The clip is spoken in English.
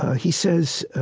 he says,